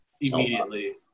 immediately